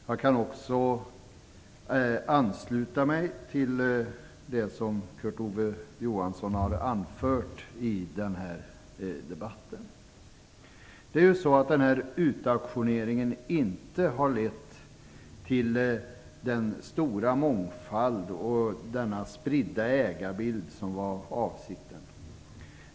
Jag kan också ansluta mig till det som Kurt Ove Johansson har anfört i denna debatt. Denna utauktionering har ju inte lett till den stora mångfald och den spridda ägarbild som man hade avsett.